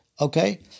okay